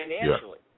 financially